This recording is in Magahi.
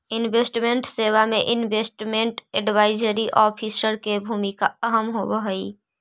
इन्वेस्टमेंट सेवा में इन्वेस्टमेंट एडवाइजरी ऑफिसर के भूमिका अहम होवऽ हई